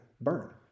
burn